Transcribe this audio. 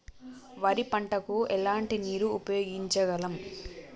వరి పంట కు ఎలాంటి నీరు ఉపయోగించగలం?